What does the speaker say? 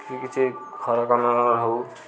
କି କିଛି ଘର କାମ ହେଉ